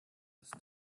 ist